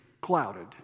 clouded